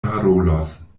parolos